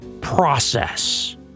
process